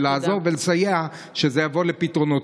לעזור ולסייע שזה יבוא על פתרונו.